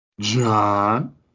John